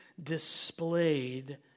displayed